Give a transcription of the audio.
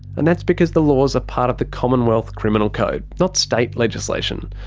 and that's because the laws are part of the commonwealth criminal code, not state legislation.